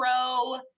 pro